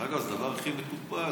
דרך אגב, זה הדבר הכי מטופש.